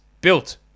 built